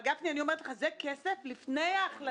אבל, גפני, אני אומרת לך: זה כסף לפני ההחלטה